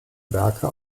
werke